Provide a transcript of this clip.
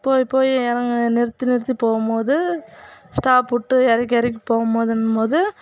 போய் போய் இறங்க நிறுத்தி நிறுத்தி போகும் போது ஸ்டாப் விட்டு இறக்கி இறக்கி போகும் போதுன் போது